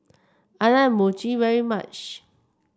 I like Mochi very much